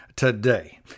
Today